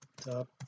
top